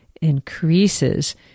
increases